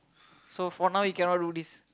so for now you cannot do this